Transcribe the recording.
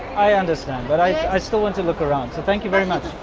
i? understand, but i still want to look around so thank you very much.